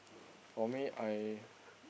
for me I